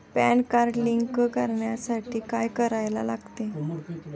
Pan card link करण्यासाठी काय करायला लागते?